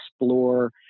explore